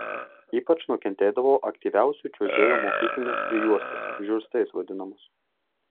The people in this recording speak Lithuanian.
ypač nukentėdavo aktyviausių čiuožėjų mokyklinės prijuostės žiurstais vadinamos